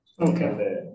Okay